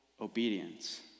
obedience